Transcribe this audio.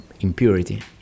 impurity